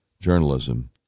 journalism